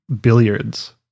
billiards